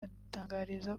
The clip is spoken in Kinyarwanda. adutangariza